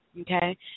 okay